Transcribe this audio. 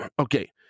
okay